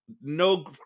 No